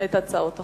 את הצעת החוק.